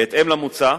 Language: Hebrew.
בהתאם למוצע,